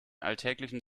alltäglichen